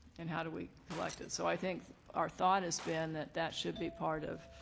and how do we collect it. so i think our thought has been that that should be part of,